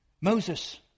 Moses